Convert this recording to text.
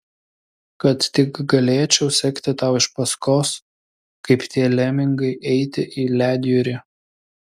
kad tik galėčiau sekti tau iš paskos kaip tie lemingai eiti į ledjūrį